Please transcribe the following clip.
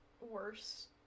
worse